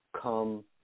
come